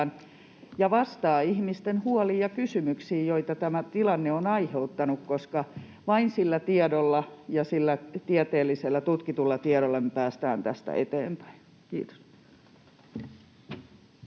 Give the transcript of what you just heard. ja vastaa ihmisten huoliin ja kysymyksiin, joita tämä tilanne on aiheuttanut, koska vain sillä tiedolla, sillä tieteellisellä, tutkitulla tiedolla me päästään tästä eteenpäin. — Kiitos.